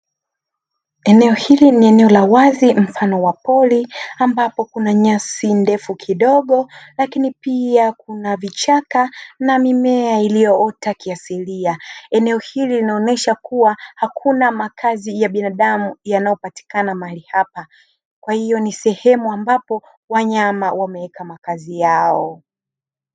Eneo hili ni eneo la wazi mfano wa pori, ambapo kuna nyasi ndefu kidogo, lakini pia kuna vichaka na mimea iliyoota kiasilia. Eneo hili linaonyesha kuwa hakuna makazi ya binadamu yanayopatikana mahali hapa, kwa hiyo ni sehemu ambapo wanyama wameweka makazi yao.